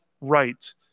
right